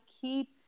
keep